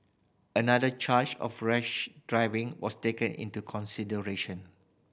another charge of rash driving was taken into consideration